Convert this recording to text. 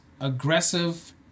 aggressive